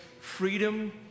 freedom